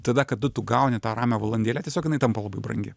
tada kada tu gauni tą ramią valandėlę tiesiog jinai tampa labai brangi